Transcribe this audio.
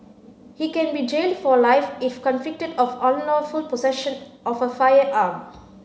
he can be jailed for life if convicted of unlawful possession of a firearm